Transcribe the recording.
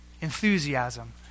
enthusiasm